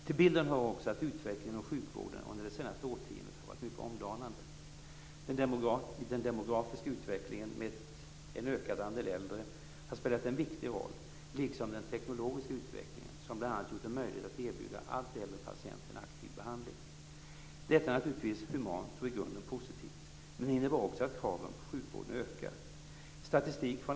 Till bilden hör också att utvecklingen inom sjukvården under det senaste årtiondet har varit mycket omdanande. Den demografiska utvecklingen med en ökad andel äldre har spelat en viktig roll liksom den teknologiska utvecklingen, som bl.a. gjort det möjligt att erbjuda allt äldre patienter en aktiv behandling. Detta är naturligtvis humant och i grunden positivt, men innebär också att kraven på sjukvården ökar.